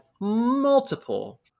multiple